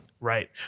Right